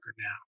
now